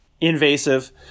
invasive